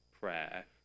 prayer